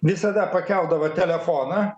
visada pakeldavo telefoną